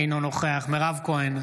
אינו נוכח מירב כהן,